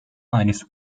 eines